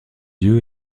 lieu